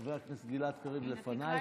חבר הכנסת גלעד קריב לפנייך.